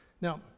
Now